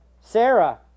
Sarah